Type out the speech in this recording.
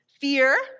Fear